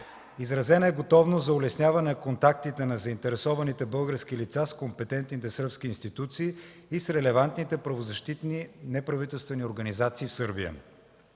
Изразена е готовност за улесняване контактите на заинтересованите български лица с компетентните сръбски институции и с релевантните правозащитни неправителствени организации в Сърбия.